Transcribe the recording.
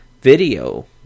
video